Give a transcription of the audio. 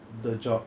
the job